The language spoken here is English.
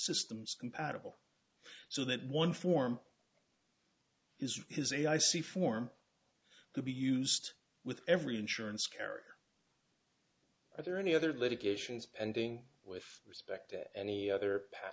systems compatible so that one form is has a i see form to be used with every insurance carrier are there any other litigations pending with respect to any other p